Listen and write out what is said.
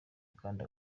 kandi